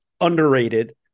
underrated